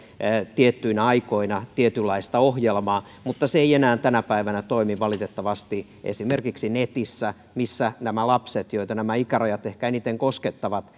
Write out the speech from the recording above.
tiettyinä aikoina tietynlaista ohjelmaa mutta se ei enää tänä päivänä toimi valitettavasti esimerkiksi netissä nämä lapset joita nämä ikärajat ehkä eniten koskettavat